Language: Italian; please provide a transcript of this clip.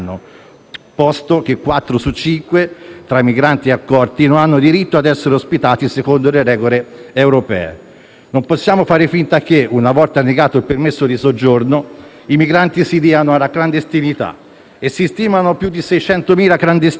posto che quattro su cinque tra i migranti accolti non hanno diritto a essere ospitati secondo le regole europee. Non possiamo fare finta che, una volta negato il permesso di soggiorno, i migranti non si diano alla clandestinità. Si stimano più di 600.000 clandestini,